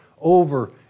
Over